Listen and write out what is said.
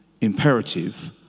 imperative